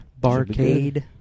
Barcade